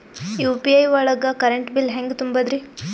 UPI ಒಳಗ current bill ಹೆಂಗ್ ತುಂಬದ್ರಿ?